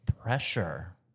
pressure